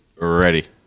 ready